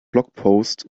blogpost